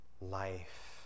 life